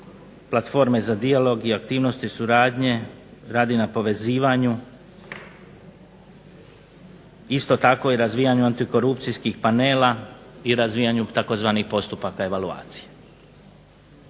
platforme za dijalog i aktivnosti i suradnje radi na povezivanju. Isto tako i razvijanju antikorupcijskih panela i razvijanju tzv. "postupaka evaluacije".